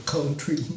Country